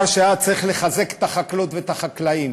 כשהיה צריך לחזק את החקלאות ואת החקלאים